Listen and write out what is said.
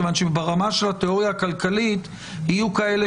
מכיוון שברמה של התיאוריה הכלכלית יהיו כאלה